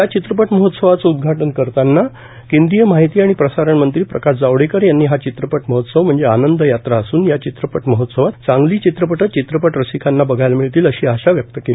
या चित्रपट महोत्सवाचं उद्घाटव करताना केंद्रीय माहिती आणि प्रसारण मंत्री प्रकाश जावडेकर यांबी हा चित्रपट महोत्सव म्हणजे आनंद यात्रा असून या चित्रपट महोत्सवात चांगली चित्रपटं चित्रपट रसिकांना बधायला मिळतील अशी आशा व्यक्त केली